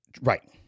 right